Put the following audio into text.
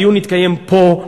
הדיון יתקיים פה,